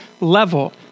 level